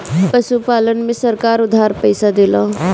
पशुपालन में सरकार उधार पइसा देला?